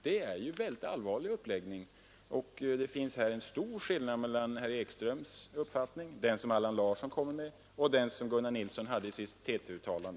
Det är ju en synnerligen allvarlig uppläggning, och det finns här en stor skillnad mellan herr Ekströms uppfattning och den uppfattning som Allan Larsson kommer med och den som Gunnar Nilsson framförde i sitt TT-uttalande.